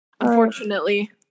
Unfortunately